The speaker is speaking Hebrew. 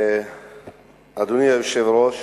אדוני היושב-ראש,